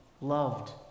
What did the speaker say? loved